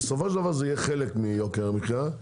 בסופו של דבר, זה יהיה חלק מיוקר המחייה,